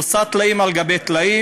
עושה טלאים על טלאים,